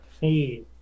Hey